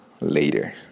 later